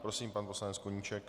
Prosím, pan poslanec Koníček.